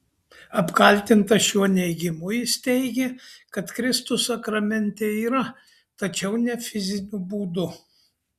apkaltintas šiuo neigimu jis teigė kad kristus sakramente yra tačiau ne fiziniu būdu